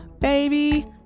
baby